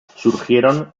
surgieron